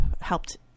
helped